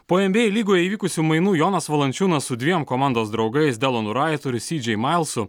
po en by ei lygoje įvykusių mainų jonas valančiūnas su dviem komandos draugais delonu raitu ir si džei mailsu